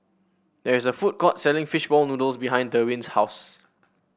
there is a food court selling fish ball noodles behind Derwin's house